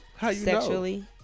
sexually